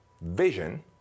vision